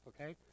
Okay